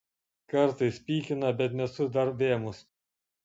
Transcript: kartais pykina bet nesu dar vėmus